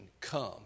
come